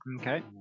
okay